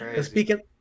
Speaking